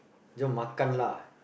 jom makan lah